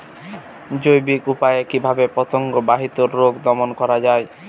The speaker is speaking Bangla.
জৈবিক উপায়ে কিভাবে পতঙ্গ বাহিত রোগ দমন করা যায়?